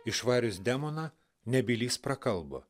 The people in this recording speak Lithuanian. išvarius demoną nebylys prakalbo